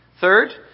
Third